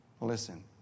Listen